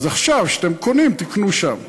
אז עכשיו, כשאתם קונים, תקנו שם.